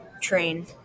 train